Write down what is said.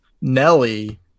Nelly